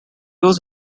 was